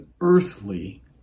earthly